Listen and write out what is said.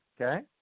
Okay